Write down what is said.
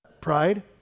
Pride